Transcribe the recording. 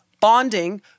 bonding